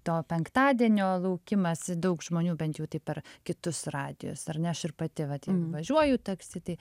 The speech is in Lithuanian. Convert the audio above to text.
to penktadienio laukimas daug žmonių bent jau taip per kitus radijus ar ne aš ir pati vat jeigu važiuoju taksi tai